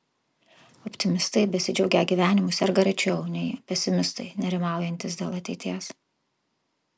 optimistai besidžiaugią gyvenimu serga rečiau nei pesimistai nerimaujantys dėl ateities